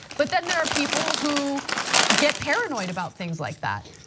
but then there are people who get paranoid about things like that.